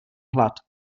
hlad